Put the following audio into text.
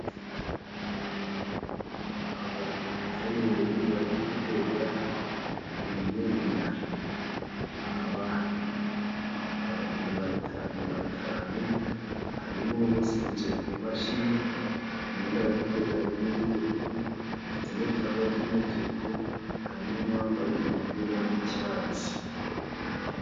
Abatayeri bari kudoda imyenda, aba ni batanu, harimo bose bicaye ku mashini, imyenda bari kudoda harimo iy'ubururu, ipfutse n'udutambaro tw'umutuku, harimo n'uwambaye umupira w'icyatsi.